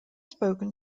spoken